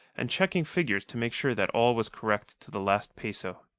and checking figures to make sure that all was correct to the last peso.